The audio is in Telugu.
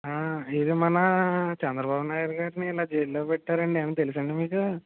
ఇదిగో మన చంద్రబాబు నాయుడు గారిని ఇలా జైల్లో పెట్టారండీ ఏమన్నా తెలుసాండీ మీకు